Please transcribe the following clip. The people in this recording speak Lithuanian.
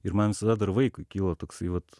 ir man visada dar vaikui kyla toksai vat